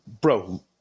bro